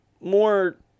More